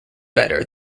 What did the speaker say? better